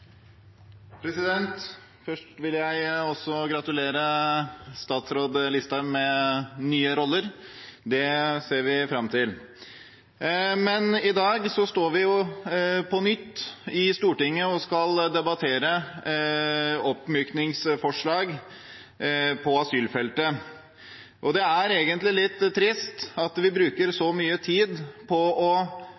Først vil også jeg gratulere statsråd Listhaug med nye roller. Det ser vi fram til. I dag står vi på nytt i Stortinget og skal debattere oppmykningsforslag på asylfeltet. Det er egentlig litt trist at vi bruker så